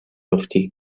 افتی